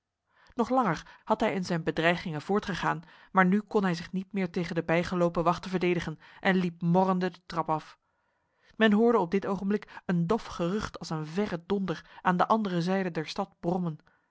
nog langer had hij in zijn bedreigingen voortgegaan maar nu kon hij zich niet meer tegen de bijgelopen wachten verdedigen en liep morrende de trap af men hoorde op dit ogenblik een dof gerucht als een verre donder aan de andere zijde der stad brommen